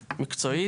מקצועית,